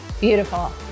Beautiful